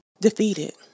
defeated